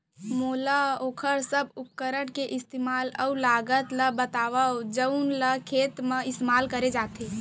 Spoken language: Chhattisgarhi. मोला वोकर सब उपकरण के इस्तेमाल अऊ लागत ल बतावव जउन ल खेत म इस्तेमाल करे जाथे?